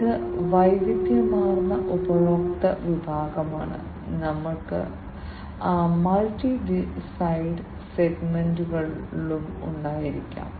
ഇത് വൈവിദ്ധ്യമാർന്ന ഉപഭോക്തൃ വിഭാഗമാണ് ഞങ്ങൾക്ക് മൾട്ടി സൈഡ് സെഗ്മെന്റുകളും ഉണ്ടായിരിക്കാം